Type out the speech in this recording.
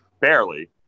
barely